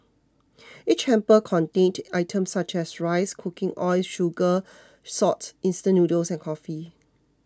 each hamper contained items such as rice cooking oil sugar salt instant noodles and coffee